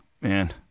man